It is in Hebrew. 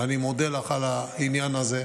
ואני מודה לך על העניין הזה.